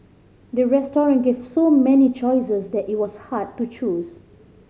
the restaurant gave so many choices that it was hard to choose